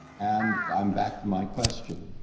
and i'm back to my question,